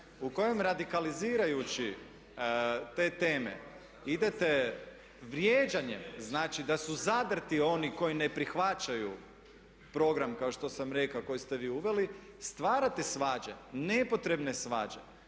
u kojem radikalizirajući te teme idete vrijeđanjem, znači da su zadrti oni koji ne prihvaćaju program kao što sam rekao koji ste vi uveli stvarate svađe, nepotrebne svađe